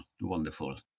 wonderful